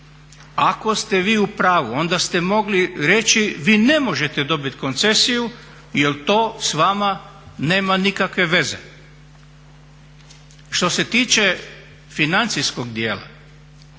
Ako ste vi u pravu onda ste mogli reći vi ne možete dobit koncesiju jer to s vama nema nikakve veze. Što se tiče financijskog dijela